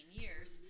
years